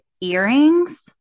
earrings